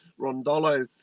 Rondolo